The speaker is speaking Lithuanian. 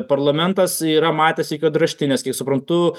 parlamentas yra matęs tik juodraštines kiek suprantu